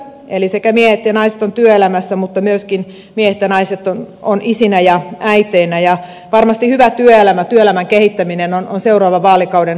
eli sekä miehet ja naiset ovat työelämässä mutta myöskin miehet ja naiset ovat isinä ja äiteinä ja varmasti hyvä työelämä työelämän kehittäminen on seuraavan vaalikauden painopiste